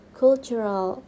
cultural